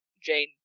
Jane